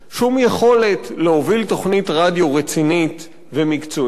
שום יכולת להוביל תוכנית רדיו רצינית ומקצועית.